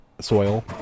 soil